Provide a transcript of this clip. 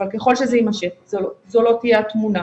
אבל ככל שזה יימשך זו לא תהיה התמונה.